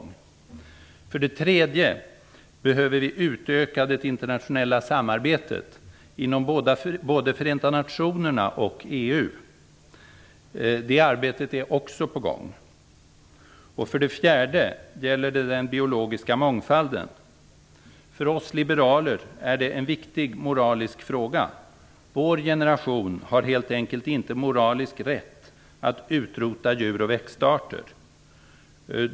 För det tredje behöver vi utöka det internationella samarbetet inom både Förenta nationerna och EU. Det arbetet är också på gång. För det fjärde gäller det den biologiska mångfalden. För oss liberaler är det en viktig moralisk fråga. Vår generation har helt enkelt inte moralisk rätt att utrota djur och växtarter.